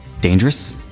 dangerous